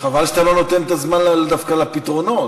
חבל שאתה לא נותן את הזמן דווקא לפתרונות,